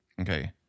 Okay